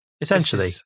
Essentially